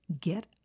Get